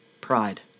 pride